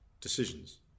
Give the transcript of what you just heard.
decisions